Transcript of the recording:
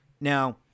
Now